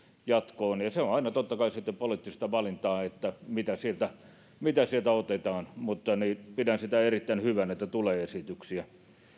jatkoon on aina totta kai sitten poliittista valintaa mitä sieltä mitä sieltä otetaan mutta pidän erittäin hyvänä sitä että tulee esityksiä